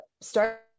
start